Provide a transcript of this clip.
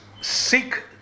seek